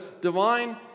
divine